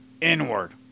inward